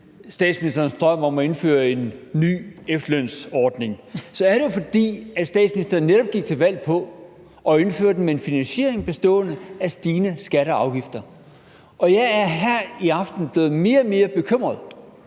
statsministerens drøm om at indføre en ny efterlønsordning, er det jo, fordi statsministeren netop gik til valg på at indføre den med en finansiering bestående af stigende skatter og afgifter. Og jeg er her i aften blevet mere og mere bekymret,